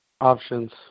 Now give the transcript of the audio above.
options